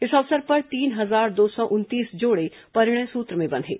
इस अवसर पर तीन हजार दो सौ उनतीस जोड़े परिणय सूत्र में बंधे